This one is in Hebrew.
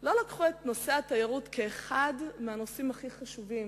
לא לקחו את נושא התיירות כאחד הנושאים הכי חשובים.